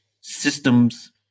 systems